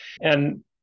And-